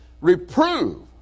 Reprove